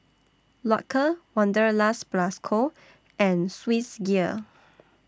Loacker Wanderlust Plus Co and Swissgear